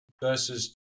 versus